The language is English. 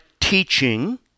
teaching